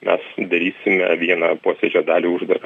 mes darysime vieną posėdžio dalį uždarą